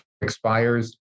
expires